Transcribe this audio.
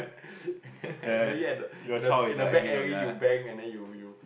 and then like maybe at the in the in the back alley you bang and you you